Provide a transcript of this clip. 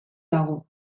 dago